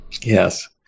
Yes